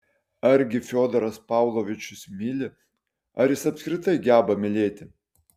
argi fiodoras pavlovičius myli ar jis apskritai geba mylėti